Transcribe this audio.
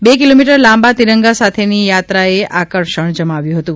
બે કીલોમીટર લાંબા તીરંગા સાથેની થાત્રાએ આકર્ષણ જમાવ્યું હતું